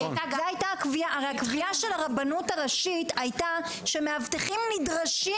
הרי הקביעה של הרבנות הראשית הייתה שמאבטחים נדרשים